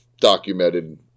documented